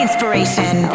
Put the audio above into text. Inspiration